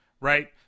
right